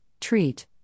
treat